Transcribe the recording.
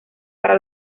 para